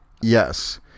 Yes